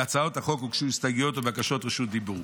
להצעות החוק הוגשו הסתייגויות ובקשות רשות דיבור.